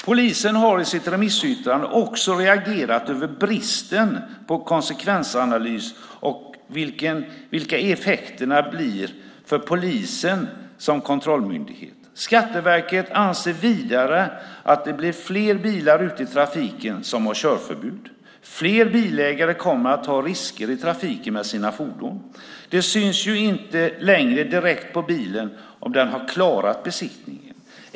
Polisen har i sitt remissyttrande också reagerat över bristen på konsekvensanalys av vilka effekterna blir för polisen som kontrollmyndighet. Skatteverket anser vidare att det blir fler bilar ute i trafiken som har körförbud. Fler bilägare kommer att ta risker i trafiken med sina fordon. Det syns ju inte längre direkt på bilen om den har klarat besiktningen.